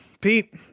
Pete